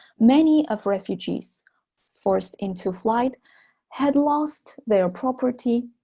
many of refugees forced into flight had lost their property,